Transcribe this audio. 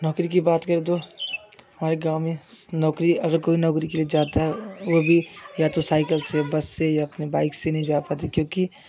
नौकरी की बात करें तो हमारे गाँव में नौकरी अगर कोई नौकरी के लिए जाता है वो भी या तो साइकिल से बस से अपने बाइक से नहीं जा पाती क्योंकि